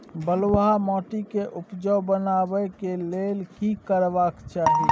बालुहा माटी के उपजाउ बनाबै के लेल की करबा के चाही?